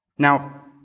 Now